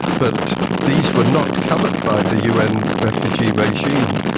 but these were not covered by the un refugee regime,